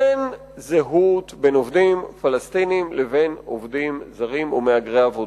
אין זהות בין עובדים פלסטינים לבין עובדים זרים ומהגרי עבודה.